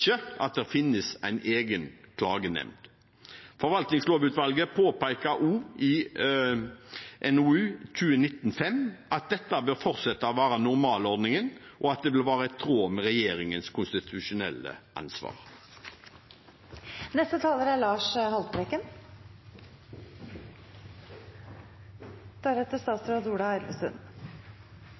at det finnes en egen klagenemnd. Forvaltningslovutvalget påpeker også i NOU 2019: 5 at dette bør fortsette å være normalordningen, og at det vil være i tråd med regjeringens konstitusjonelle ansvar.